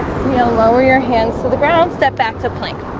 know lower your hands to the ground step back to plank